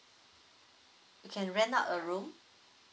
you can rent a room